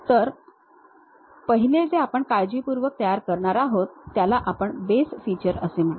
तर पहिले जे आपण काळजीपूर्वक तयार करणार आहोत त्याला आपण बेस फीचर म्हणतो